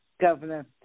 governor